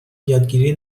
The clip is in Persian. یادگیری